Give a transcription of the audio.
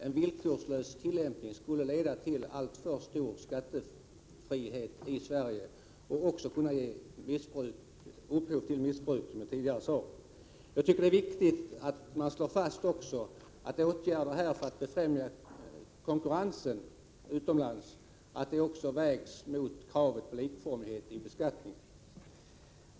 En villkorslös tillämpning skulle leda till alltför stor skattefrihet i Sverige och, som jag tidigare sade, även kunna leda till missbruk. Jag tycker också att det är viktigt att åtgärder för att främja konkurrenskraften utomlands vägs mot kravet på likformighet i beskattningen.